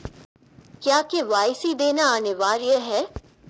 क्या के.वाई.सी देना अनिवार्य है?